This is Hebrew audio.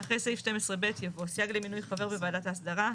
אחרי סעיף 12(ב) יבוא: סייג למינוי חבר בוועדת ההסדרה.